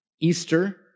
Easter